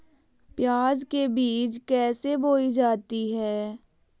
प्याज के बीज कैसे बोई जाती हैं?